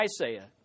Isaiah